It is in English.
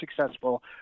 successful